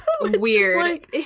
weird